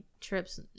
trips